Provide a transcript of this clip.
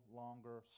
longer